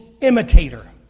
imitator